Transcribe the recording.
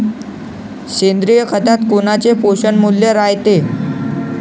सेंद्रिय खतात कोनचे पोषनमूल्य रायते?